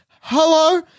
Hello